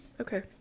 Okay